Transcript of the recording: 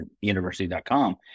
university.com